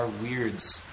weirds